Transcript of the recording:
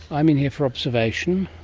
i'm in here for observation.